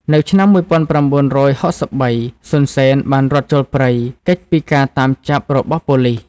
នៅឆ្នាំ១៩៦៣ សុន សេន បានរត់ចូលព្រៃ គេចពីការតាមចាប់របស់ប៉ូលីស។